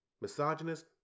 misogynist